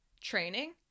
training